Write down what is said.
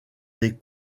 des